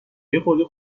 یخورده